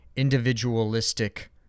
individualistic